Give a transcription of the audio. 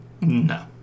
No